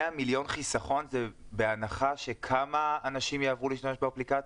100 מיליון חיסכון זה בהנחה שכמה אנשים יעברו להשתמש באפליקציה?